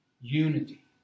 unity